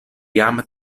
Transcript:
jam